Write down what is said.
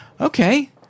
okay